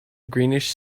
greenish